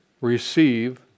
receive